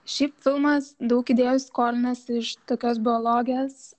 šiaip filmas daug idėjų skolinasi iš tokios biologės